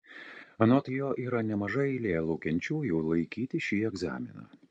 anot jo yra nemaža eilė laukiančiųjų laikyti šį egzaminą